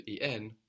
EN